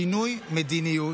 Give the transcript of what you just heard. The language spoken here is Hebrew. שינוי מדיניות.